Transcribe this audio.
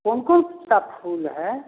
कौन कौन सा फूल है